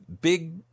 big